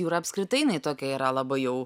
jūra apskritai jinai tokia yra labai jau